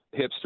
hipster